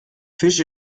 fisch